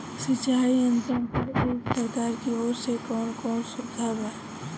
सिंचाई यंत्रन पर एक सरकार की ओर से कवन कवन सुविधा बा?